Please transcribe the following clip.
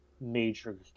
major